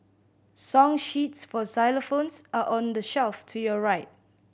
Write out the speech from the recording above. song sheets for xylophones are on the shelf to your right